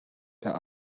there